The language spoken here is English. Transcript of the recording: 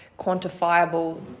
quantifiable